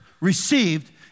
received